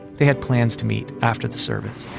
they had plans to meet after the service